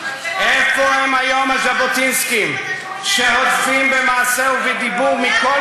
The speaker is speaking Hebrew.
איפה הם היום הז'בוטינסקים שהודפים במעשה ובדיבור מכול